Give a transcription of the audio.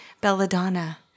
Belladonna